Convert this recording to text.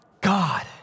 God